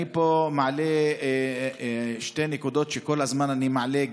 אני פה מעלה שתי נקודות שכל הזמן אני מעלה,